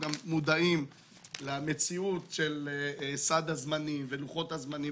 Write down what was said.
מודעים למציאות של סד הזמנים ולוחות הזמנים,